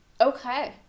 okay